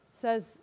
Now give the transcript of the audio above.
says